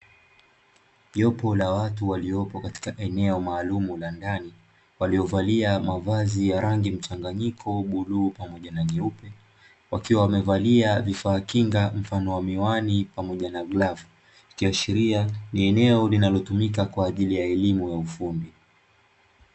Jopo la watu waliopo katika eneo maalumu la ndani, waliovalia mavazi ya rangi mchanganyiko bluu, pamoja na nyeupe, wakiwa wamevalia vifaa kinga mfano wa miwani, pamoja na glavu, ikiashiria ni eneo linalotumika kwa ajili ya elimu ya ufundi.